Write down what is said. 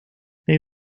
they